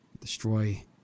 destroy